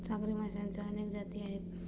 सागरी माशांच्या अनेक जाती आहेत